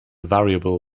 variable